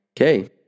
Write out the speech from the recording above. okay